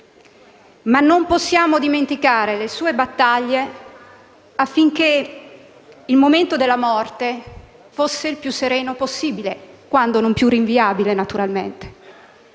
ma non possiamo dimenticare le sue battaglie affinché il momento della morte fosse il più sereno possibile, quando non più rinviabile.